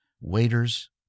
waiters